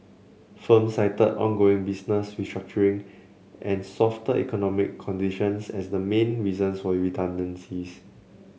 firms cited ongoing business restructuring and softer economic conditions as the main reasons for redundancies